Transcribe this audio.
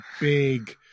big